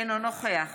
אינו נוכח